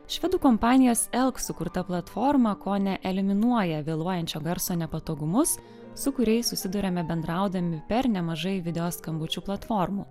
švedų kompanijos elk sukurta platforma kone eliminuoja vėluojančio garso nepatogumus su kuriais susiduriame bendraudami per nemažai video skambučių platformų